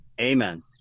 Amen